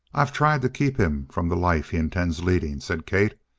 i've tried to keep him from the life he intends leading, said kate.